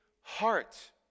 heart